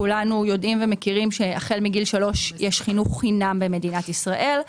כולנו יודעים ומכירים שהחל מגיל שלוש יש חינוך חינם במדינת ישראל.